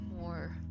more